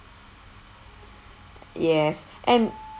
yes and